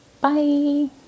bye